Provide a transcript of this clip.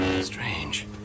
Strange